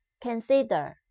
Consider